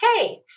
Hey